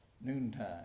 noontime